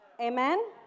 amen